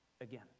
again